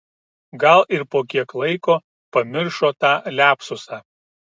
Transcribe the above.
gal ir po kiek laiko pamiršo tą liapsusą